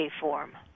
form